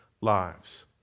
lives